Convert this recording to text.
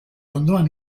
ondoan